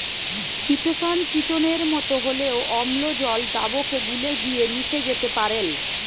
chitosan চিটোনের মতো হলেও অম্লজল দ্রাবকে গুলে গিয়ে মিশে যেতে পারেল